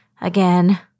again